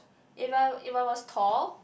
if I if I was tall